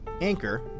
Anchor